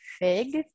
fig